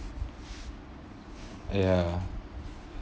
ya